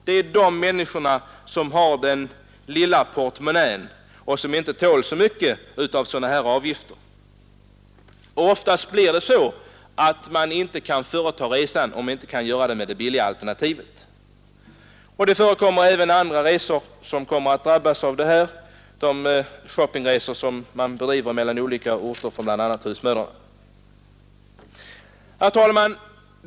Det är de människor som har den lilla portmonnän och som inte tål så mycket av sådana här avgifter. Oftast kan de inte företa resan, om det inte kan ske med det billigare alternativet. Även andra resor kommer att drabbas, t.ex. de shoppingresor som bl.a. husmödrar företar mellan olika orter. Herr talman!